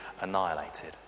annihilated